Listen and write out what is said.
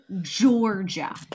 Georgia